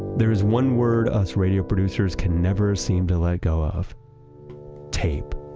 there is one word us radio producers can never seem to let go of tape.